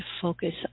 focus